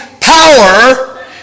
power